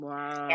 Wow